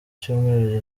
cyumweru